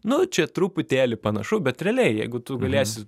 nu čia truputėlį panašu bet realiai jeigu tu galėsi